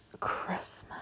Christmas